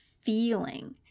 feeling